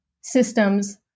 systems